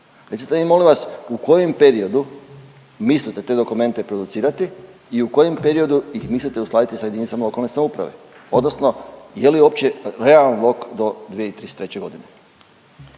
Recite mi molim vas u kojem periodu mislite te dokumente producirati i u kojem periodu ih mislite uskladiti sa jedinicama lokalne samouprave, odnosno je li uopće realan rok do 2033. godine?